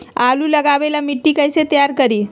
आलु लगावे ला मिट्टी कैसे तैयार करी?